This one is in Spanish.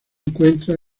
encuentra